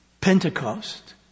Pentecost